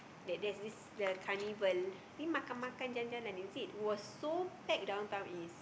that there's this the carnival I think Makan-Makan-Jalan-Jalan is it it was so packed Downtown-East